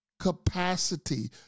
Capacity